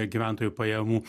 gyventojų pajamų